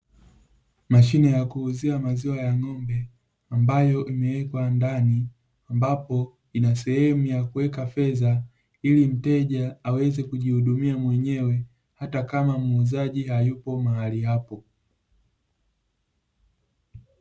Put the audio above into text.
Mashine ya kuuzia maziwa ya ng'ombe ambayo imewekwa ndani, ambapo ina sehemu ya kuweka fedha ili mteja aweze kujihudumia mwenyewe hata kama muuzaji hayupo mahali hapo.